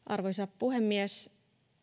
arvoisa puhemies